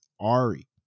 Ari